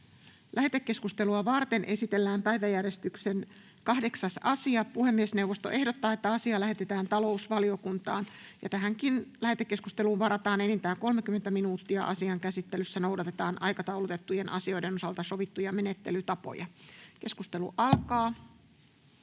Lähetekeskustelua varten esitellään päiväjärjestyksen 6. asia. Puhemiesneuvosto ehdottaa, että asia lähetetään perustuslakivaliokuntaan. Lähetekeskusteluun varataan enintään 30 minuuttia. Asian käsittelyssä noudatetaan aikataulutettujen asioiden osalta sovittuja menettelytapoja. — Edustaja